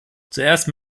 zuerst